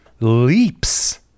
leaps